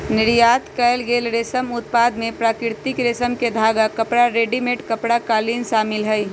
निर्यात कएल गेल रेशम उत्पाद में प्राकृतिक रेशम के धागा, कपड़ा, रेडीमेड कपड़ा, कालीन शामिल हई